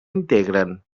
integren